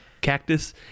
cactus